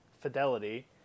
fidelity